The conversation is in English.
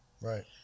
Right